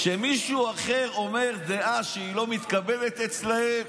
כשמישהו אחר אומר דעה שלא מתקבלת אצלם,